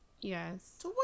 Yes